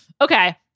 Okay